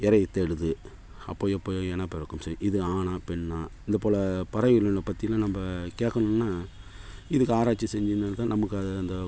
இரைய தேடுது அப்போ எப்போ இனப்பெருக்கம் செய் இது ஆணா பெண்ணா இதை போல் பறவை இனங்களைப் பற்றி எல்லாம் நம்ம கேட்கணும்னா இதுக்கு ஆராய்ச்சி செஞ்சதுனால்தான் நமக்காக அந்த